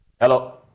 Hello